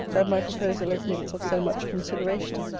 that my proposal admits of so much consideration.